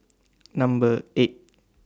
Number eight